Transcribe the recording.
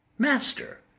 master,